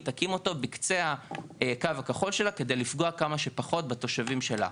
היא תקים אותו בקצה הקו כחול שלה כדי לפגוע כמה שפחות בתושבים שלה,